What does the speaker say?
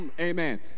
Amen